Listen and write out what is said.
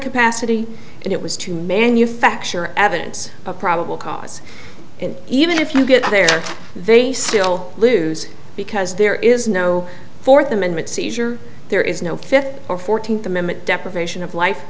capacity and it was to manufacture evidence of probable cause and even if you get there they still lose because there is no fourth amendment seizure there is no fifth or fourteenth amendment deprivation of life